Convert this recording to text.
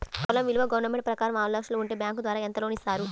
పొలం విలువ గవర్నమెంట్ ప్రకారం ఆరు లక్షలు ఉంటే బ్యాంకు ద్వారా ఎంత లోన్ ఇస్తారు?